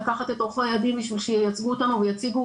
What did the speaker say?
לקחת את עורכי הדין בשביל שייצגו אותנו ויציגו